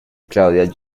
claudia